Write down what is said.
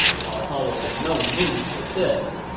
cao cao was in no mood for this.